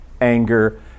anger